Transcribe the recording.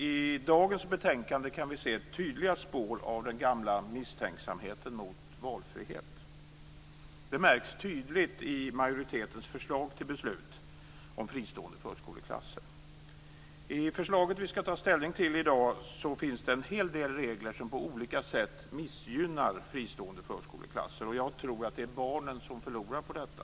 I dagens betänkande kan vi se tydliga spår av den gamla misstänksamheten mot valfrihet. Det märks tydligt i majoritetens förslag till beslut om fristående förskoleklasser. I det förslag vi i dag skall ta ställning till finns en hel del regler som på olika sätt missgynnar fristående förskoleklasser. Jag tror att det är barnen som förlorar på detta.